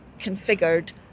configured